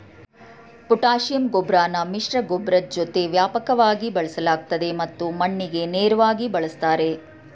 potassium ಗೊಬ್ರನ ಮಿಶ್ರಗೊಬ್ಬರದ್ ಜೊತೆ ವ್ಯಾಪಕವಾಗಿ ಬಳಸಲಾಗ್ತದೆ ಮತ್ತು ಮಣ್ಣಿಗೆ ನೇರ್ವಾಗಿ ಬಳುಸ್ತಾರೆ